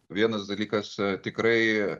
vienas dalykas tikrai